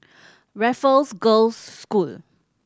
Raffles Girls' School